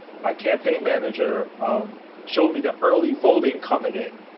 my campaign manager um showed me the early voting comin' in.